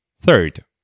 Third